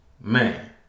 Man